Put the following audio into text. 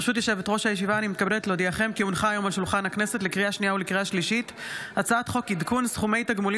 אני קובעת כי הצעת חוק הגנה על זכויות